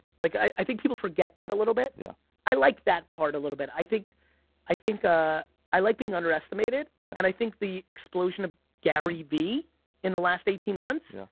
like i i think people forget that a little bit. yeah i like that part a little bit. i think i think ah i like being underestimated and i think the explosion of gary vee in the last eighteen months